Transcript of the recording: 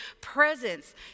presence